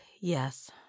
Yes